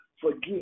forgive